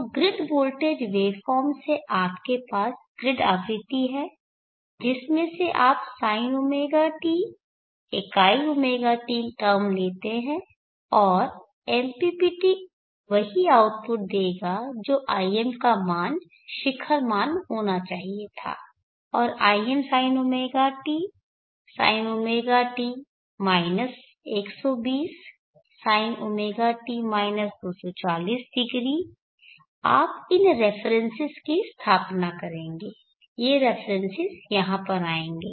तो grid voltage waveform से आपके पास ग्रिड आवृत्ति है जिसमें से आप sinɷt इकाई sinɷt टर्म लेते हैं और MPPT वही आउटपुट देगा जो im का मान शिखर मान होना चाहिए था और im sinɷt sin ɷt 120 sin ɷt 2400 आप इन रेफरेन्सेस की स्थापना करेंगे ये रेफरेन्सेस यहाँ पर आएंगे